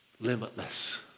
limitless